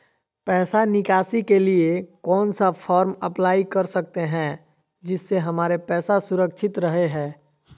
पैसा निकासी के लिए कौन सा फॉर्म अप्लाई कर सकते हैं जिससे हमारे पैसा सुरक्षित रहे हैं?